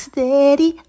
Steady